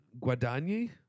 guadagni